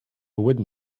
wooden